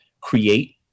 create